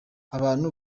abantu